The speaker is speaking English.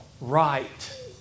right